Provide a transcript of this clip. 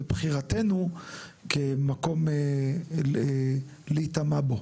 ובחירתנו כמקום להיטמע בו.